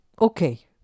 okay